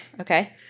Okay